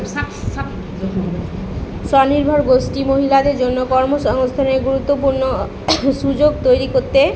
স্বনির্ভর গোষ্ঠী মহিলাদের জন্য কর্ম সংস্থানে গুরুত্বপূর্ণ সুযোগ তৈরি করতে